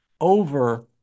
over